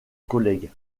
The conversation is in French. collègue